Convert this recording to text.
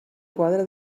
quadre